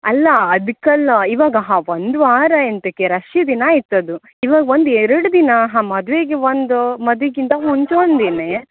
ಅಲ್ಲ ಅದಕ್ಕಲ್ಲ ಇವಾಗ ಹಾಂ ಒಂದು ವಾರ ಎಂಥಕೆ ರಶ್ಶಿ ದಿನ ಆಯ್ತು ಅದು ಇವಾಗ ಒಂದು ಎರಡು ದಿನ ಹಾಂ ಮದ್ವೆಗೆ ಒಂದು ಮದುವಿಕ್ಕಿಂತ ಮುಂಚೆ ಒಂದು ದಿನ